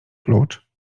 klucz